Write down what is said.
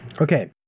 Okay